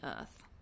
earth